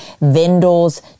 vendors